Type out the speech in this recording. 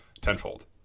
tenfold